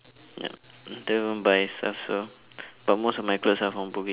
yup don't buy stuff so but most of my clothes are from bugis